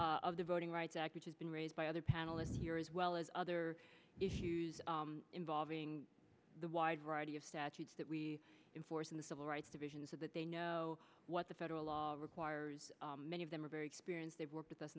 of the voting rights act which has been raised by other panelists here as well as other issues involving the wide variety of statutes that we enforce in the civil rights division so that they know what the federal law requires many of them are very experienced they've worked with us